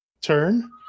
turn